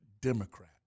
Democrat